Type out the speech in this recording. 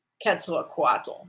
Quetzalcoatl